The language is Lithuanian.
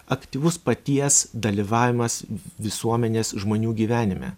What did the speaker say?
aktyvus paties dalyvavimas visuomenės žmonių gyvenime